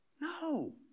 No